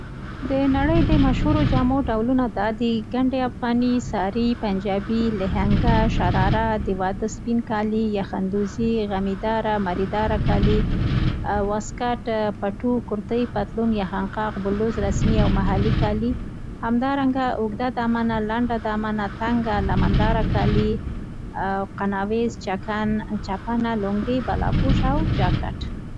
د نړۍ د مشهورو جامو ډلونه دا دي: ګڼد افغاني، ساري، پنجابي، لهنګه، شراره، د واده سپین کالي، یخندوزي، غمېداره، مري داره کالي واسکټ، پټو، کرتي، پتلون، یخنقاق، بلوز، رسمي او محلي کالي. همدرانګه اوږده دامنه، لڼډه دامنه، تنګ لمنداره کالي. قناویز، چکن، چپنه، لونګۍ، بالاپوش او جاکټ.